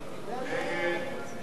להסיר מסדר-היום את